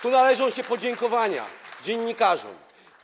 Tu należą się podziękowania dziennikarzom.